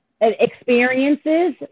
experiences